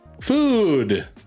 food